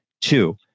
Two